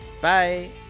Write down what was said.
bye